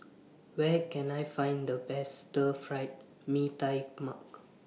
Where Can I Find The Best Stir Fry Mee Tai Mak